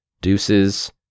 deuces